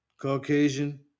Caucasian